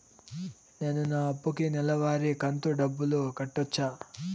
నేను నా అప్పుకి నెలవారి కంతు డబ్బులు కట్టొచ్చా?